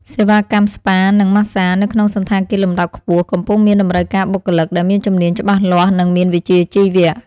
សេវាកម្មស្ប៉ានិងម៉ាស្សានៅក្នុងសណ្ឋាគារលំដាប់ខ្ពស់កំពុងមានតម្រូវការបុគ្គលិកដែលមានជំនាញច្បាស់លាស់និងមានវិជ្ជាជីវៈ។